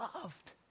loved